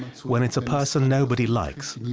when it's a person nobody likes.